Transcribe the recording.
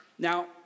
Now